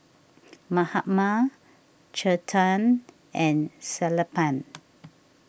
Mahatma Chetan and Sellapan